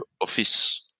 office